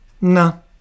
No